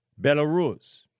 Belarus